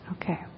Okay